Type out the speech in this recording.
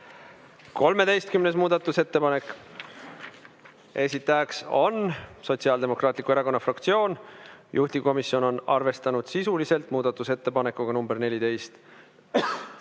13. muudatusettepanek, esitajaks on Sotsiaaldemokraatliku Erakonna fraktsioon, juhtivkomisjon on arvestanud sisuliselt muudatusettepanekuga nr 14.